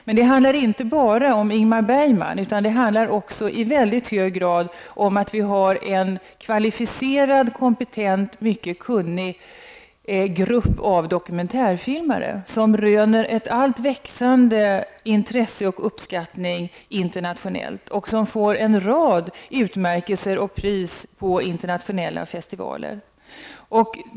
Men det handlar inte bara om Ingmar Bergman, utan det handlar i mycket hög grad också om att vi har en kvalificerad, kompetent och mycket kunnig grupp av dokumentärfilmare som röner växande intresse och uppskattning internationellt och som får en rad utmärkelser och priser på internationella festivaler.